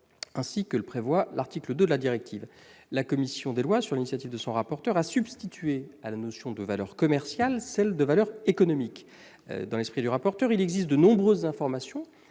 ainsi que le prévoit l'article 2 de la directive. La commission des lois, sur l'initiative de son rapporteur, a substitué à la notion de « valeur commerciale » celle de « valeur économique ». Dans l'esprit du rapporteur, il existe de nombreuses informations